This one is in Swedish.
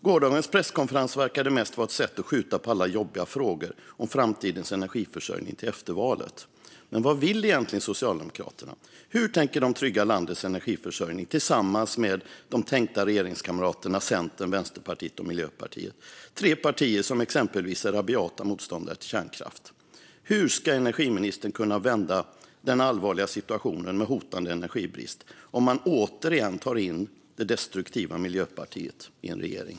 Gårdagens presskonferens verkade mest vara ett sätt att skjuta på alla jobbiga frågor om framtidens energiförsörjning till efter valet. Men vad vill egentligen Socialdemokraterna? Hur tänker de trygga landets energiförsörjning tillsammans med de tänkta regeringskamraterna Centern, Vänsterpartiet och Miljöpartiet? Det är tre partier som exempelvis är rabiata motståndare till kärnkraft. Hur ska energiministern kunna vända den allvarliga situationen med hotande energibrist om man återigen tar in det destruktiva Miljöpartiet i en regering?